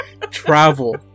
travel